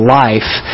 life